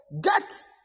get